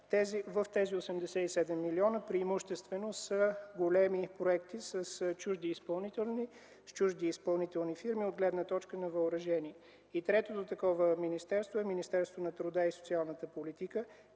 В тези 87 млн. лв. приемуществено са големи проекти с чужди изпълнителни фирми от гледна точка на въоръжение. Третото такова министерство е Министерството на труда и социалната политика,